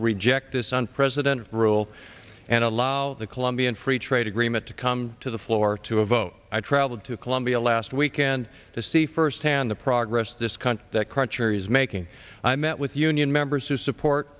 reject this on president rule and allow the colombian free trade agreement to come to the floor to a vote i traveled to colombia last weekend to see firsthand the progress this country that crutcher is making i met with union members who support